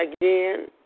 again